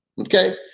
okay